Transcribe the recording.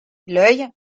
l’œil